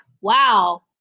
wow